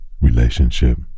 relationship